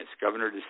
Governor